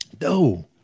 No